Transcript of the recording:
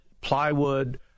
plywood